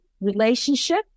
relationship